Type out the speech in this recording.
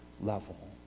level